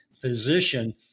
physician